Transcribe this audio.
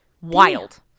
Wild